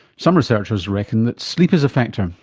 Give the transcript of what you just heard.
some researchers reckon that sleep is a factor,